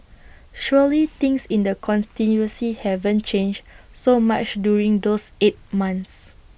surely things in the constituency haven't changed so much during those eight months